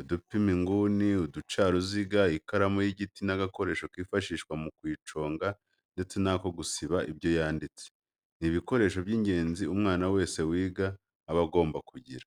udupima inguni, uducaruziga ,ikaramu y'igiti n'agakoresho kifashishwa mu kuyiconga ndetse n'ako gusiba ibyo yanditse, ni ibikoresho by'ingenzi umwana wese wiga aba agomba kugira.